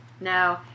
No